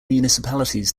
municipalities